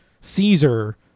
Caesar